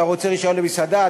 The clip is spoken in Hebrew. אתה רוצה לשבת במסעדה,